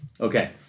Okay